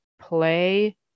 play